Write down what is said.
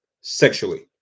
sexually